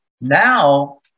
now